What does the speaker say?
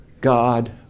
God